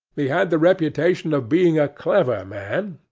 he had the reputation of being a clever man,